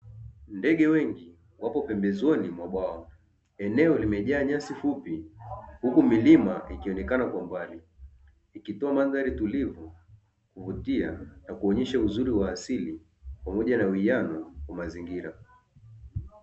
Ndege wengi wapo pembezoni mwa bwawa, eneo limejaa nyasi fupi huku milima ikionekana kwa mbali; ikitoa mandhari tulivu ya kuvutia na kuonyesha uzuri wa asili pamoja uwiano wa mazingira.